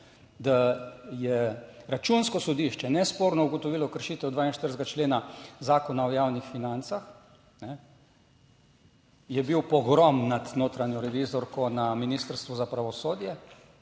da je Računsko sodišče nesporno ugotovilo kršitev 42. člena Zakona o javnih financah, je bil pogrom nad notranjo revizorko na Ministrstvu za pravosodje